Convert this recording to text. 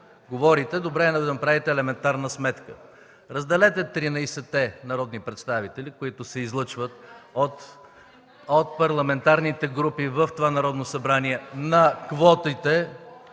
говорите, добре е да направите елементарна сметка. Разделете тринайсетте народни представители, които се излъчват от парламентарните групи в това Народно събрание, ...